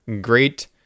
Great